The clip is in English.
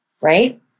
right